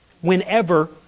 whenever